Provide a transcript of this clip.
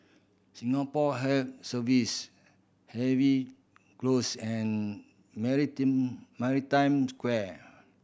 Singapore Health Service Harvey Close and Maritime Square